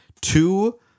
Two